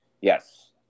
Yes